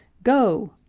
go!